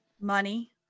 Money